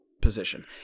position